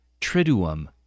triduum